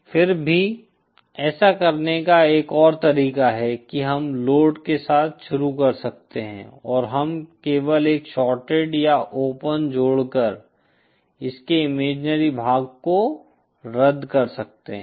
फिर भी ऐसा करने का एक और तरीका है कि हम लोड के साथ शुरू कर सकते हैं और हम केवल एक शॉर्टेड या ओपन जोड़कर इसके इमेजिनरी भाग को रद्द कर सकते हैं